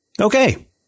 Okay